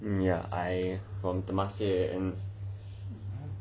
ya I from temasek